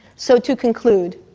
so to conclude,